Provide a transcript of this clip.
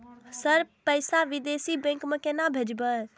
Sir पैसा विदेशी bank में केना भेजबे?